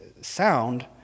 sound